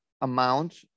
amount